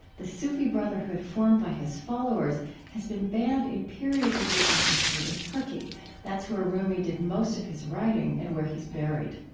the sufi brotherhood formed by his followers has been banned in periods of recent history in turkey that's where rumi did most of his writing and where he's buried.